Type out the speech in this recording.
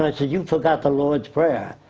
i say you forgot the lord's prayer.